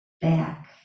back